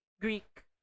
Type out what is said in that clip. Greek